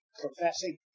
professing